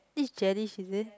this is Gellish is it